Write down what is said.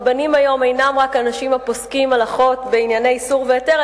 רבנים היום אינם רק אנשים הפוסקים הלכות בענייני איסור והיתר,